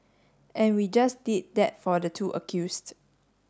and we just did that for the two accused